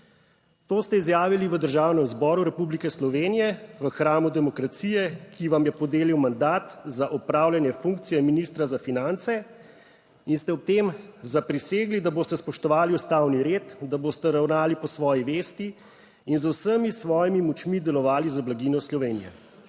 to ste izjavili v Državnem zboru Republike Slovenije, v hramu demokracije, ki vam je podelil mandat za opravljanje funkcije ministra za finance in ste ob tem zaprisegli, da boste spoštovali ustavni red, da boste ravnali po svoji vesti in z vsemi svojimi močmi delovali za blaginjo Slovenije.